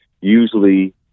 Usually